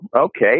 okay